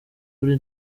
kuri